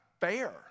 fair